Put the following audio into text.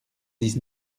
dix